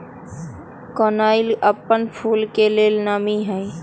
कनइल अप्पन फूल के लेल नामी हइ